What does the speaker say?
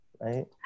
right